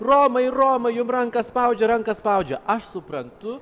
romai romai jum ranką spaudžia ranką spaudžia aš suprantu